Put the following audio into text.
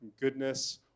goodness